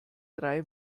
drei